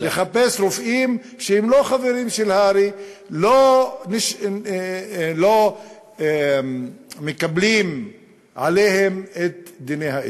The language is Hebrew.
לחפש רופאים שהם לא חברים בהר"י ולא מקבלים עליהם את דיני האתיקה.